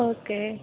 okay